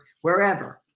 wherever